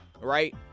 right